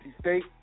State